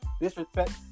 disrespect